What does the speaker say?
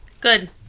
Good